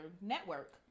network